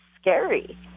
scary